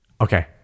okay